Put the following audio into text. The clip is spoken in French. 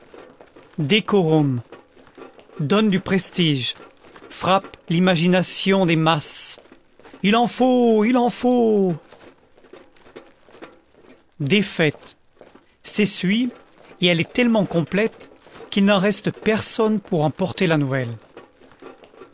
décorum donne du prestige frappe l'imagination des masses il en faut il en faut défaite s'essuie et elle est tellement complète qu'il n'en reste personne pour en porter la nouvelle